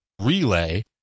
relay